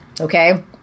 Okay